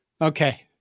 Okay